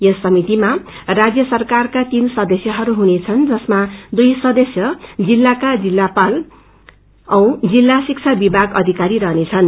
यस समितिमा राज्य सरकारका तीन सदस्यहरू हुनेछन् जसमा दुई सदस्य जिल्लाका जिल्लापाल औ जिल्ला शिक्षा विभाग अधिकारी रहनेछन्